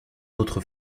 autre